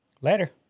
Later